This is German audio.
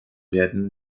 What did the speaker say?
werden